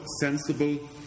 sensible